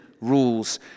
rules